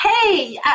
hey